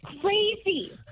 crazy